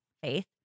faith